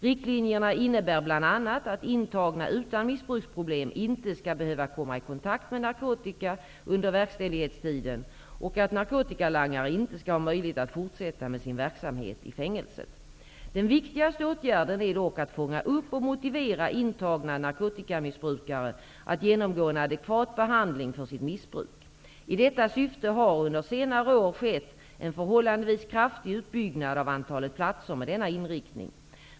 Riktlinjerna innebär bl.a. att intagna utan missbruksproblem inte skall behöva komma i kontakt med narkotika under verkställighetstiden och att narkotikalangare inte skall ha möjlighet att fortsätta med sin verksamhet i fängelset. Den viktigaste åtgärden är dock att fånga upp och motivera intagna narkotikamissbrukare att genomgå en adekvat behandling för sitt missbruk. I detta syfte har under senare år skett en förhållandevis kraftig utbyggnad av antalet platser med denna inriktning.